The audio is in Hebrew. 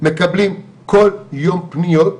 מקבלים כל יום פניות.